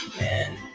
Man